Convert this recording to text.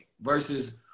versus